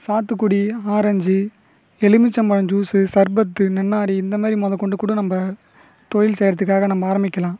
சாத்துக்குடி ஆரஞ்சு எலுமிச்சம்பழம் ஜூஸ்ஸு சர்பத்து நன்னாரி இந்தமாதிரி மொதற்கொண்டு கூட நம்ப தொழில் செய்யறதுக்காக நம்ம ஆரம்பிக்கலாம்